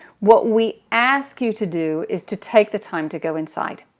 what we ask you to do is to take the time to go inside,